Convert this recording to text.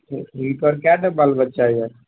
हि हिनकर केटा बाल बच्चा यऽ